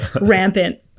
rampant